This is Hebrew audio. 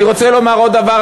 אני רוצה לומר עוד דבר,